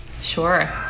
Sure